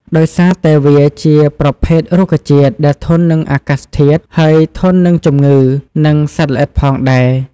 ដោយសារតែវាជាប្រភេទរុក្ខជាតិដែលធន់នឹងអាកាសធាតុ ហើយធន់នឹងជំងឺ និងសត្វល្អិតផងដែរ។